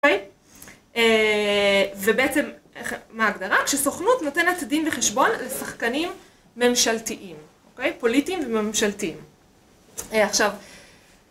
ובעצם, מה ההגדרה? כשסוכנות נותנת דין וחשבון לשחקנים ממשלתיים, פוליטיים וממשלתיים. אה עכשו